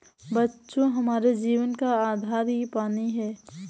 बच्चों हमारे जीवन का आधार ही पानी हैं